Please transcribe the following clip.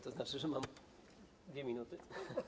To znaczy, że mam 2 minuty?